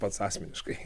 pats asmeniškai